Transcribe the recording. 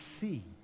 see